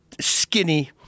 skinny